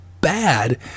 bad